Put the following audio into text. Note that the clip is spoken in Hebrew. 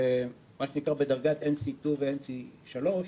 מה שנקרא בדרגת nc2 ו-nc3,